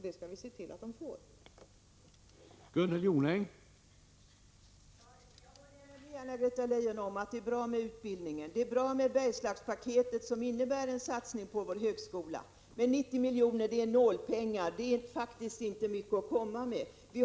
Det skall vi se till att Gävleborgs län får.